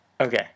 okay